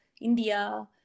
India